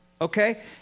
okay